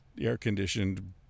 air-conditioned